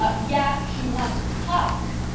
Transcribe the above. ah yeah, she wants caulk.